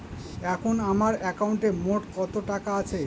এখন আমার একাউন্টে মোট কত টাকা আছে?